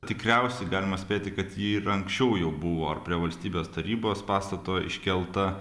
tikriausiai galima spėti kad ji ir anksčiau jau buvo ar prie valstybės tarybos pastato iškelta